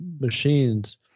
machines